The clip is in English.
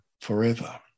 forever